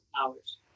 hours